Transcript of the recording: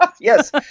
Yes